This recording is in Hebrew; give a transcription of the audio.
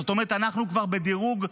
זאת אומרת, אנחנו כבר בדירוג ג',